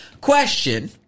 question